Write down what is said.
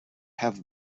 have